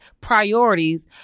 priorities